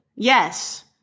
Yes